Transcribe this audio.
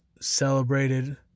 celebrated